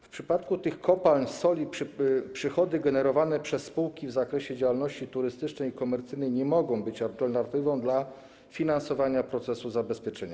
W przypadku tych kopalń soli przychody generowane przez spółki w zakresie działalności turystycznej i komercyjnej nie mogą być alternatywą dla finansowania procesu zabezpieczenia.